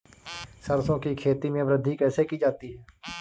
सरसो की खेती में वृद्धि कैसे की जाती है?